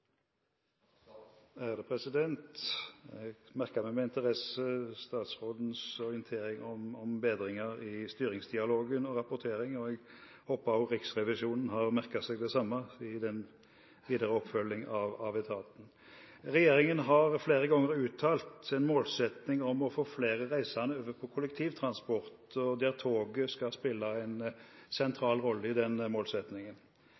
Jeg merket meg med interesse statsrådens orientering om bedringer i styringsdialogen og rapporteringen, og jeg håper også Riksrevisjonen har merket seg det samme, med tanke på den videre oppfølging av etaten. Regjeringen har flere ganger uttalt en målsetting om å få flere reisende over på kollektivtransport, og toget skal spille en